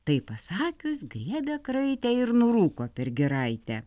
tai pasakius griebė kraitę ir nurūko per giraitę